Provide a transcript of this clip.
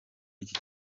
iki